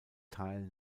teil